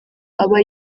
aba